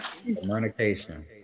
Communication